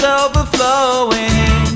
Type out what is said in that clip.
overflowing